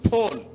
Paul